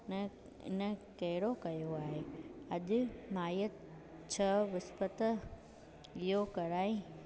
इन इन कहिड़ो कयो आहे अॼु माईअ छह विस्पति इहो कराए